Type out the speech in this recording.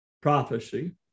prophecy